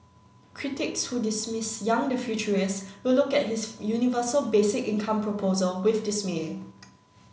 critics who dismiss Yang the futurist will look at his universal basic income proposal with dismay